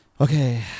Okay